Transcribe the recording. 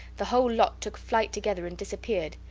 the whole lot took flight together and disappeared,